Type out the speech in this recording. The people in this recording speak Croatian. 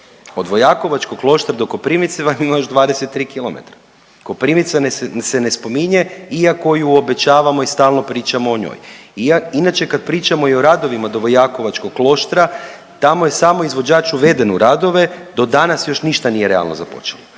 od Vojakovačkog Kloštara do Koprivnice vam ima još 23 km, Koprivnica se ne spominje iako ju obećavamo i stalno pričamo o njoj. Inače kad pričamo i o radovima do Vojakovačkog Kloštra tamo je samo izvođač uveden u radove, do danas još ništa nije realno započelo,